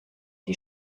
die